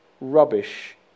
rubbish